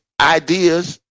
ideas